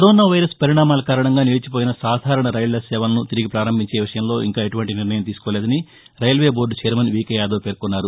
corona virus పరిణామాల కారణంగా నిలిచిపోయిన సాధారణ రైళ్ల సేవలను తిరిగి పారంభించే విషయంలో ఇంకా ఎలాంటీ నిర్ణయం తీసుకోలేదని railway board chairman V K Yadav పేర్కొన్నారు